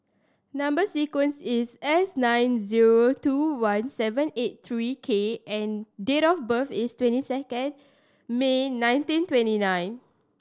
number sequence is S nine zero two one seven eight three K and date of birth is twenty second May nineteen twenty nine